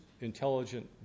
intelligent